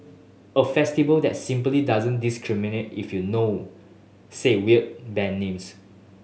a festival that simply doesn't discriminate if you know said weird band names